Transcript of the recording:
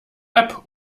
app